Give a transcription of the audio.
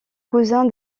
cousin